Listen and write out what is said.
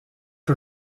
que